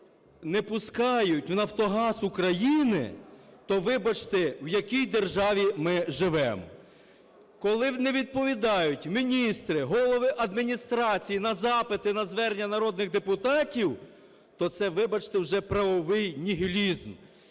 не пускають в "Нафтогаз України", то, вибачте, в якій державі ми живемо? Коли не відповідають міністри, голови адміністрацій на запити, на звернення народних депутатів, то це, вибачте, вже правовий нігілізм.